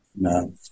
no